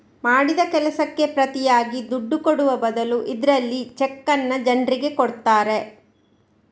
ಮಾಡಿದ ಕೆಲಸಕ್ಕೆ ಪ್ರತಿಯಾಗಿ ದುಡ್ಡು ಕೊಡುವ ಬದಲು ಇದ್ರಲ್ಲಿ ಚೆಕ್ಕನ್ನ ಜನ್ರಿಗೆ ಕೊಡ್ತಾರೆ